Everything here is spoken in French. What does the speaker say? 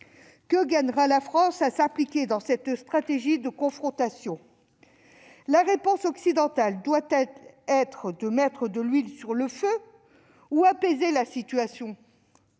Que gagnera la France à s'impliquer dans cette stratégie de confrontation ? La réponse occidentale doit-elle être de mettre de l'huile sur le feu ou d'apaiser la situation ?